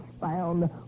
found